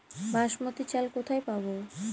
বাসমতী চাল কোথায় পাবো?